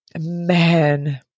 Man